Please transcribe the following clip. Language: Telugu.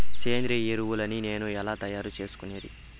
సేంద్రియ ఎరువులని నేను ఎలా తయారు చేసుకునేది?